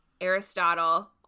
Aristotle